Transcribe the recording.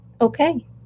Okay